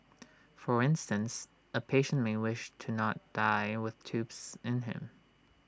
for instance A patient may wish to not die with tubes in him